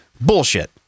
Bullshit